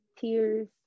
tears